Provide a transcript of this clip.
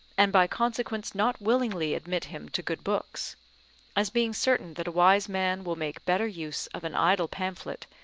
and by consequence not willingly admit him to good books as being certain that a wise man will make better use of an idle pamphlet,